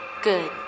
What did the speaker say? Good